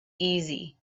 easy